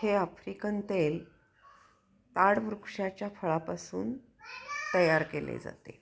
हे आफ्रिकन तेल ताड वृक्षाच्या फळापासून तयार केले जाते